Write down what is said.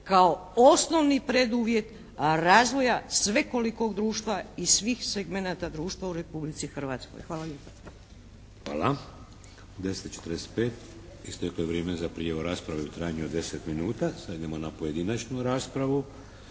kao osnovni preduvjet razvoja svekolikog društva i svih segmenata društva u Republici Hrvatskoj. Hvala lijepa. **Šeks, Vladimir (HDZ)** Hvala. U 10,45 isteklo je vrijeme za prijavu rasprave u trajanju od deset minuta. Sad idemo na pojedinačnu raspravu.